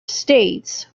states